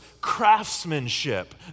craftsmanship